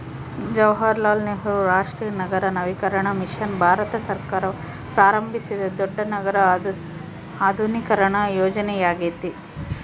ಜವಾಹರಲಾಲ್ ನೆಹರು ರಾಷ್ಟ್ರೀಯ ನಗರ ನವೀಕರಣ ಮಿಷನ್ ಭಾರತ ಸರ್ಕಾರವು ಪ್ರಾರಂಭಿಸಿದ ದೊಡ್ಡ ನಗರ ಆಧುನೀಕರಣ ಯೋಜನೆಯ್ಯಾಗೆತೆ